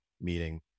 meeting